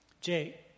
Jay